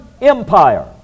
Empire